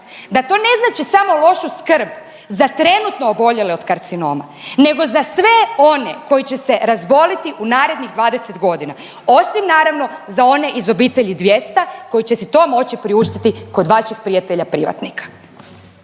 da to ne znači samo lošu skrb za trenutno oboljele od karcinoma, nego za sve one koji će se razboliti u narednih 20 godina osim naravno za one iz obitelji 200 koji će si to moći priuštiti kod vaših prijatelja privatnika.